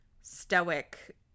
stoic